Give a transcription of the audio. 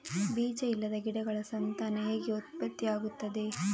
ಬೀಜ ಇಲ್ಲದ ಗಿಡಗಳ ಸಂತಾನ ಹೇಗೆ ಉತ್ಪತ್ತಿ ಆಗುತ್ತದೆ?